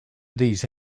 these